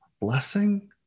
blessing